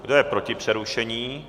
Kdo je proti přerušení?